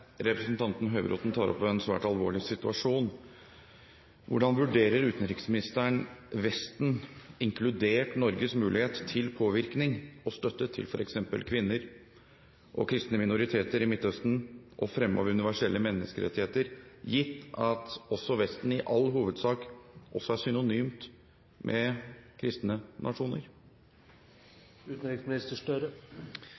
tar opp en svært alvorlig situasjon. Hvordan vurderer utenriksministeren Vestens, inkludert Norges, mulighet til påvirkning og støtte til f.eks. kvinner og kristne minoriteter i Midtøsten og fremme av universelle menneskerettigheter, gitt at Vesten i all hovedsak også er synonymt med kristne nasjoner?